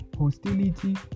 hostility